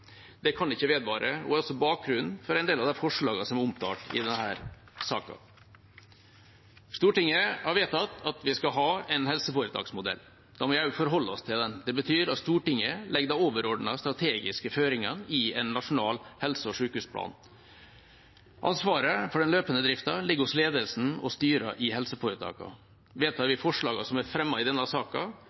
Det kan ikke vedvare og er altså bakgrunnen for en del av de forslagene som er omtalt i denne saken. Stortinget har vedtatt at vi skal ha en helseforetaksmodell. Da må vi også forholde oss til den. Det betyr at Stortinget legger de overordnede strategiske føringene i en nasjonal helse- og sykehusplan. Ansvaret for den løpende driften ligger hos ledelsen og styrene i helseforetakene. Vedtar vi forslagene som er fremmet i denne